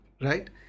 right